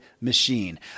machine